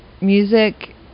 music